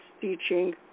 teaching